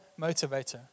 motivator